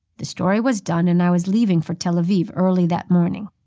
the story was done, and i was leaving for tel aviv early that morning.